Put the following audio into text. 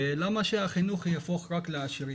למה שהחינוך יהיה רק לעשירים?